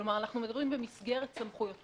כלומר אנחנו מדברים במסגרת סמכויותיו,